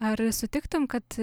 ar sutiktume kad